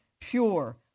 pure